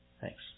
Thanks